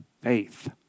faith